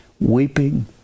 weeping